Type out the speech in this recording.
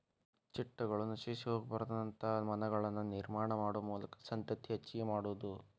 ಚಿಟ್ಟಗಳು ನಶಿಸಿ ಹೊಗಬಾರದಂತ ವನಗಳನ್ನ ನಿರ್ಮಾಣಾ ಮಾಡು ಮೂಲಕಾ ಸಂತತಿ ಹೆಚಗಿ ಮಾಡುದು